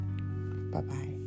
Bye-bye